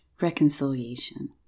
reconciliation